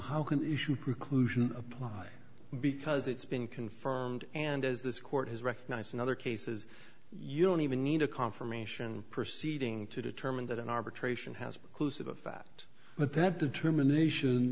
how can issue preclusion apply because it's been confirmed and as this court has recognized in other cases you don't even need a confirmation proceeding to determine that an arbitration has been close of a fact but that determination